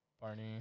Barney